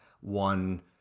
one